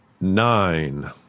nine